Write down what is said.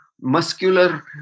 muscular